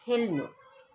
खेल्नु